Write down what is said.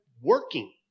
working